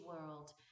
world